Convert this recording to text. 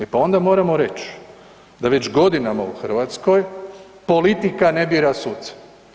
E, pa onda moramo reći da već godinama u Hrvatskoj politika ne bira suce.